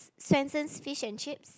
Swensen's fish and chips